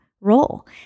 role